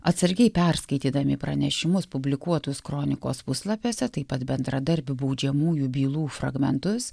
atsargiai perskaitydami pranešimus publikuotus kronikos puslapiuose taip pat bendradarbių baudžiamųjų bylų fragmentus